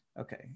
Okay